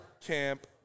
camp